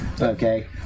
okay